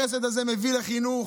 החסד הזה מביא לחינוך,